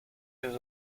yeux